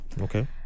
Okay